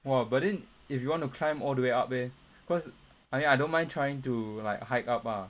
!wah! but then if you want to climb all the way up leh cause I mean I don't mind trying to like hike up ah